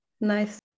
nice